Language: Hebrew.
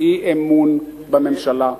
אני מביע בזה אי-אמון בממשלה הזאת.